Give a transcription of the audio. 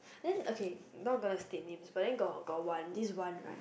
then okay not gonna state name but then got got one this one right